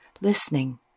listening